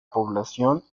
población